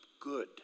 good